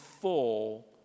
full